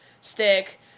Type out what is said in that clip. stick